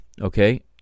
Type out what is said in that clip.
okay